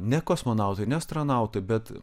ne kosmonautai ne astronautai bet